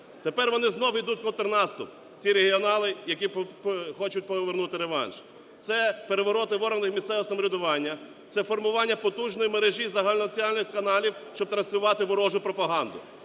Тепер вони знову йдуть в контрнаступ, ці регіонали, які хочуть повернути реванш. Це перевороти в органах місцевого самоврядування, це формування потужної мережі загальнонаціональних каналів, щоб транслювати ворожу пропаганду.